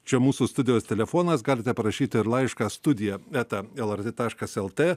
čia mūsų studijos telefonas galite parašyti laišką studija eta lrt taškas lt